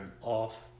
off